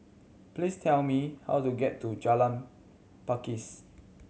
please tell me how to get to Jalan Pakis